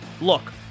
Look